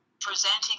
presenting